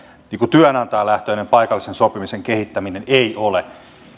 työnantajalähtöinen paikallisen sopimisen kehittäminen ei ole